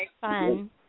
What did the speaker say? fun